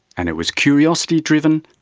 and it was curiosity driven,